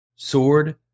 sword